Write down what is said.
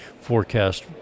forecast